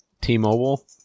T-Mobile